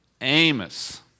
Amos